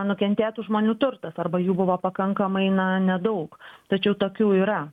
nukentėtų žmonių turtas arba jų buvo pakankamai na nedaug tačiau tokių yra